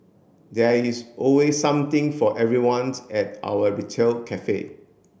there is always something for everyone's at our retail cafe